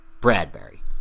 Bradbury